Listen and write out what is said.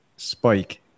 spike